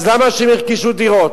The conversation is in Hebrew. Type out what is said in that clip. אז למה שהם ירכשו דירות?